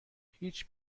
هیچ